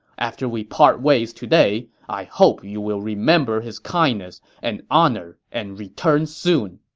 after we part ways today, i hope you will remember his kindness and honor and return soon.